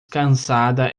cansada